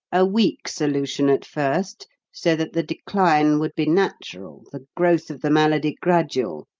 a weak solution at first, so that the decline would be natural, the growth of the malady gradual.